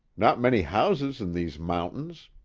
not many houses in these mountains.